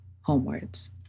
homewards